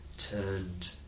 Turned